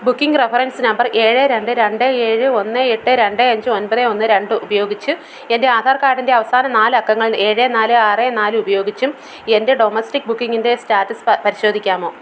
booking reference number ഏഴ് രണ്ട് രണ്ട് ഏഴ് ഒന്ന് എട്ട് രണ്ട് അഞ്ച് ഒൻപത് ഒന്ന് രണ്ട് ഉപയോഗിച്ച് എൻ്റെ ആധാർ കാർഡിൻ്റെ അവസാന നാലക്കങ്ങൾ ഏഴ് നാല് ആറ് നാലുപയോഗിച്ചും എൻ്റെ ഡൊമസ്റ്റിക് ബുക്കിംഗിൻ്റെ സ്റ്റാറ്റസ് പരിശോധിക്കാമോ